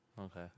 Okay